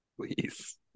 Please